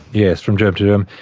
yes, from germ to germ.